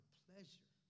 pleasure